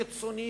קיצוני,